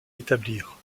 établir